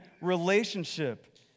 relationship